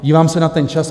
Dívám se na ten čas.